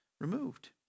removed